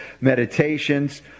meditations